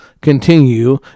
continue